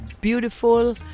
beautiful